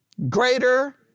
Greater